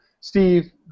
Steve